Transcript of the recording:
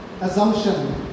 assumption